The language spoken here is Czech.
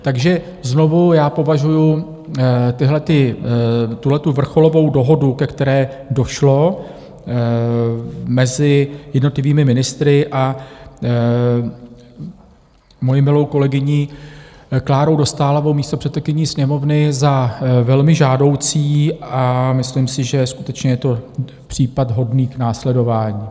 Takže znovu, já považuji tuhletu vrcholovou dohodu, ke které došlo mezi jednotlivými ministry a mojí milou kolegyní Klárou Dostálovou, místopředsedkyní Sněmovny, za velmi žádoucí a myslím si, že skutečně je to případ hodný k následování.